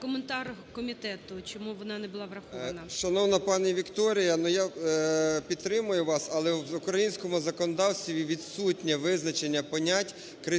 Коментар комітету, чому вона була не врахована. 11:43:31 ІВАНЧУК А.В. Шановна пані Вікторія, я підтримую вас. Але в українському законодавстві відсутнє визначення понять "критична